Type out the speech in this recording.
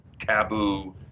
taboo